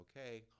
okay